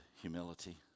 humility